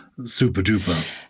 super-duper